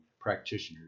practitioners